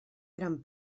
gran